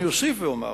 אוסיף ואומר